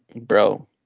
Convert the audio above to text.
Bro